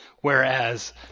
Whereas